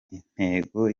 intego